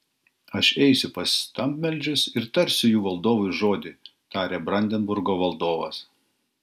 aš eisiu pas stabmeldžius ir tarsiu jų valdovui žodį tarė brandenburgo valdovas